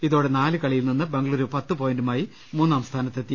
ഇതോടെ നാല് കളിയിൽ നിന്ന് ബംഗളുരു പത്ത് പോയന്റുമായി മൂന്നാം സ്ഥാനത്തെത്തി